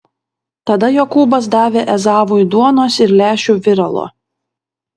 tada jokūbas davė ezavui duonos ir lęšių viralo